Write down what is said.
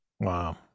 Wow